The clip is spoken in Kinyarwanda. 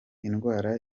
indwara